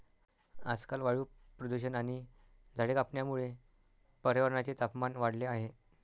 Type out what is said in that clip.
आजकाल वायू प्रदूषण आणि झाडे कापण्यामुळे पर्यावरणाचे तापमान वाढले आहे